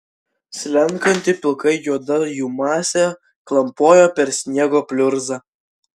slenkanti pilkai juoda jų masė klampojo per sniego pliurzą